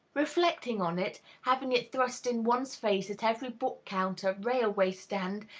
reflecting on it, having it thrust in one's face at every book-counter, railway-stand,